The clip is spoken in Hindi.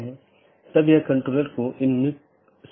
16 बिट से 216 संख्या संभव है जो कि एक बहुत बड़ी संख्या है